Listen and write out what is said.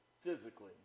physically